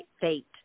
fate